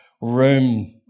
room